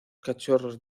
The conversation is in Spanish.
cachorros